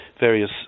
various